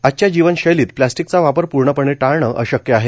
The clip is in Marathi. आजच्या जीवनशैलीत प्लास्टीकचा वापर पूर्णपणे टाळणे अशक्य आहे